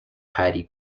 paddy